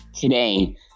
today